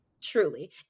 Truly